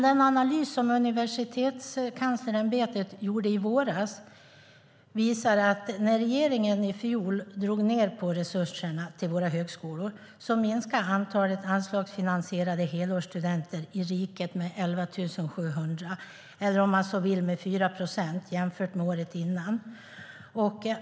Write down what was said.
Den analys som Universitetskanslersämbetet gjorde i våras visar att när regeringen i fjol drog ned på resurserna till våra högskolor minskade antalet anslagsfinansierade helårsstudenter i riket med 11 700, eller om man så vill med 4 procent, jämfört med året innan.